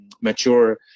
mature